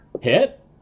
Hit